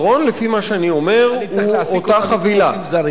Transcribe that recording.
אני צריך להעסיק אותם עובדים זרים,